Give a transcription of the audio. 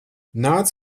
nāc